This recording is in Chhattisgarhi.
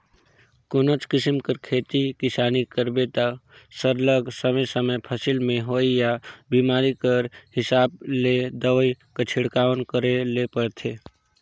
कोनोच किसिम कर खेती किसानी करबे ता सरलग समे समे फसिल में होवइया बेमारी कर हिसाब ले दवई कर छिड़काव करे ले परथे